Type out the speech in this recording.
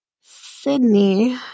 Sydney